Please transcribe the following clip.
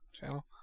Channel